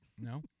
No